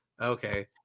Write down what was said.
Okay